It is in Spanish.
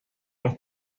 los